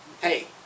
Hey